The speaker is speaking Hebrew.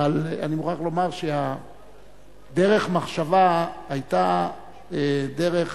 אבל אני מוכרח לומר שדרך המחשבה היתה דרך